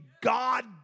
God